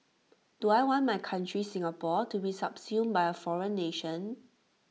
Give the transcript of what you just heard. do I want my country Singapore to be subsumed by A foreign nation